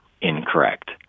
incorrect